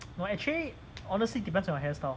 well actually honestly depends on your hair style